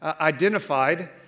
identified